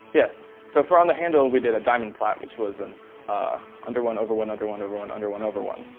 yes. so for on the handle, we did a diamond plait, which was an ah under one, over one, under one, over one, under one, over one.